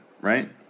Right